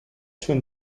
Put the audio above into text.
twin